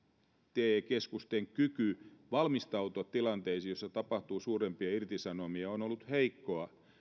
te keskusten kyky valmistautua tilanteisiin joissa tapahtuu suurempia irtisanomisia on ollut heikkoa